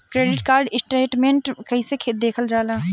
Credit card statement कइसे देखल जाला?